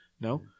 No